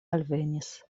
alvenis